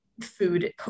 food